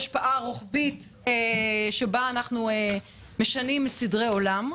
למתווה שלא תהיה לו השפעה רוחבית שבה אנחנו משנים סדרי עולם,